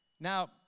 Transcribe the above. Now